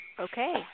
Okay